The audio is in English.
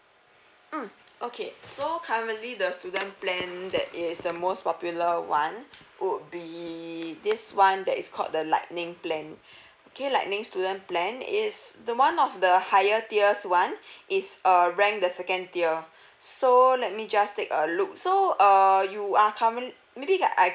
mm okay so currently the student plan that is the most popular [one] would be this [one] that is called the lightning plan okay lightning student plan is the one of the higher tiers [one] it's uh ranked the second tier so let me just take a look so uh you are curren~ maybe you can I